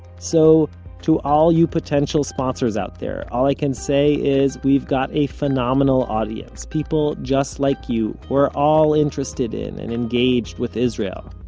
so to all you potential sponsors out there, all i can say is we've got a phenomenal audience, people just like twenty you, who are all interested in and engaged with israel.